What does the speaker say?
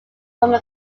from